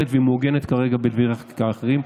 והיא מעוגנת כרגע בדברי חקיקה אחרים.